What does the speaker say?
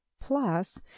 plus